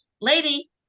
lady